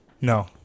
No